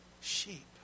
sheep